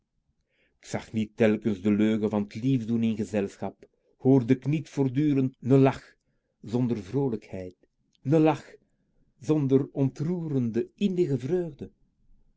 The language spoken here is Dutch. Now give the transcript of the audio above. k niet telkens de leugen van t lief doen in gezelschap hoorde k niet voortdurend n lach zonder vroolijkheid n lach zonder ontroerende innerlijke vreugde